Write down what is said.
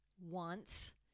wants